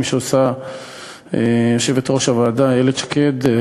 שעושה יושבת-ראש הוועדה איילת שקד.